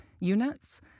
units